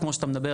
כמו שאתה אמרת,